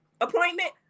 appointment